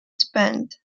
spent